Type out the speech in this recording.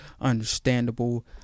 understandable